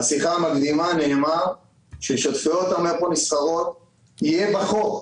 בשיחה המקדימה נאמר ששותפויות ה --- הנסחרות יהיה בחוק,